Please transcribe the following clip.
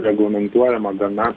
reglamentuojama gana